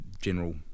general